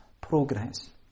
progress